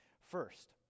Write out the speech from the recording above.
First